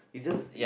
is just it